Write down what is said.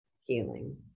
healing